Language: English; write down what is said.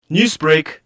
Newsbreak